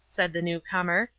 said the new-comer.